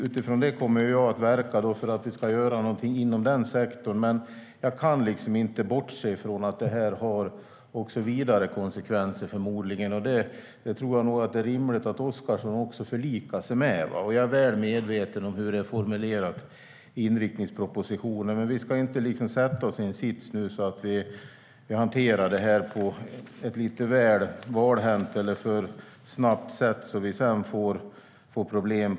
Utifrån det kommer jag att verka för att vi ska göra något inom den sektorn, men jag kan inte bortse från att det förmodligen får vidare konsekvenser. Jag tror att det är rimligt att Oscarsson förlikar sig med det. Jag är väl medveten om hur det är formulerat i inriktningspropositionen, men vi ska inte sätta oss i en sits där vi hanterar detta för valhänt eller för snabbt så att vi sedan får problem.